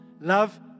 Love